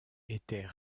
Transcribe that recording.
était